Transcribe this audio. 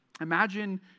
Imagine